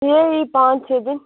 यही पाँच छ दिन